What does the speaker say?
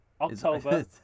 October